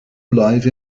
life